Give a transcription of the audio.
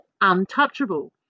untouchable